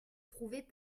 trouvaient